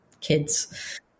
kids